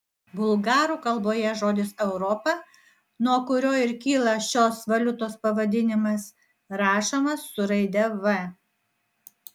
bulgarų kalboje žodis europa nuo kurio ir kyla šios valiutos pavadinimas rašomas su raide v